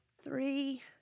Three